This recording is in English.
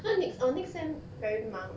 next orh next sem very 忙